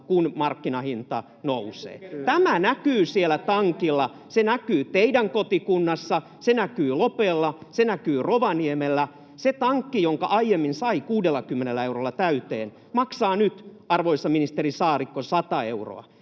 kun markkinahinta nousee. Tämä näkyy siellä tankilla. Se näkyy teidän kotikunnissanne, se näkyy Lopella, se näkyy Rovaniemellä. Se tankki, jonka aiemmin sai 60 eurolla täyteen, maksaa nyt, arvoisa ministeri Saarikko, 100 euroa.